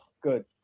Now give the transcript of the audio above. Good